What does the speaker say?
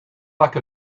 like